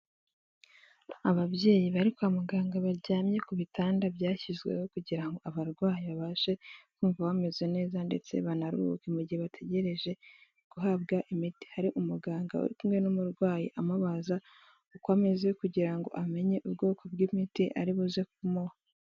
Ababyeyi bari kwa muganga baryamye ku bitanda byashyizweho kugira ngo abarwayi babashe kumva bameze neza ndetse banaruhuke mu gihe bategereje guhabwa imiti, hari umuganga uri kumwe n'umurwayi amubaza uko ameze kugira ngo amenye ubwoko bw'imiti ari buze kumuha.